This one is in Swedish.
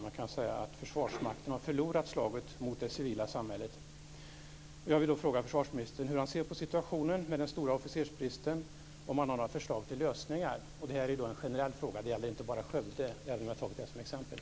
Man kan säga att försvarsmakten har förlorat slaget mot det civila samhället. Jag vill fråga försvarsministern hur han ser på situationen med den stora officersbristen och om han har några förslag till lösningar. Det här är en generell fråga. Det gäller inte bara Skövde, även om jag tagit det som exempel.